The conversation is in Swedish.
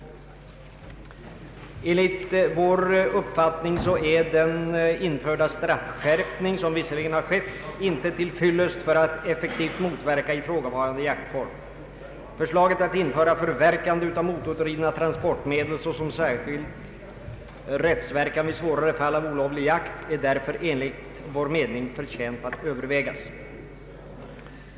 Enligt vår uppfattning är den straffskärpning som visserligen skett inte till fyllest för att effektivt motverka ifrågavarande jaktform. Förslaget att införa förverkande av motordrivna transportmedel såsom särskild rättsverkan i svårare fall av olovlig jakt är enligt vår mening förtjänt att övervägas.